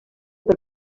per